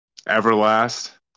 Everlast